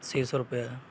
ਛੇ ਸੌ ਰੁਪਿਆ